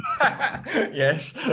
Yes